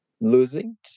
losing